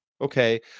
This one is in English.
Okay